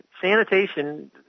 Sanitation –